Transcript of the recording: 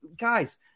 guys